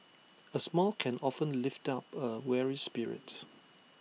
A smile can often lift up A weary spirit